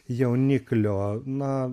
jauniklio na